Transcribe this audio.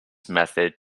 method